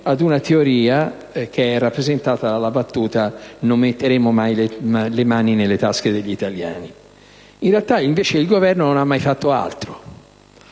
ad una teoria che è rappresentata dalla battuta: «Non metteremo mai le mani nelle tasche degli italiani!». In realtà, invece, il Governo non ha fatto altro.